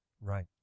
Right